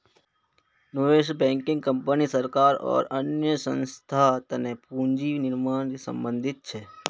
निवेश banking company सरकार आर अन्य संस्थार तने पूंजी निर्माण से संबंधित छे